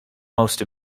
most